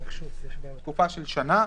תקופה של שנה,